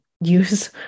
use